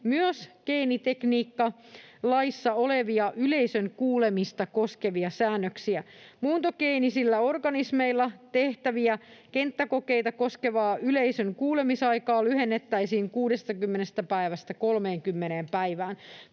myös geenitekniikkalaissa olevia yleisön kuulemista koskevia säännöksiä. Muuntogeenisillä organismeilla tehtäviä kenttäkokeita koskevaa yleisön kuulemisaikaa lyhennettäisiin 60 päivästä 30 päivään.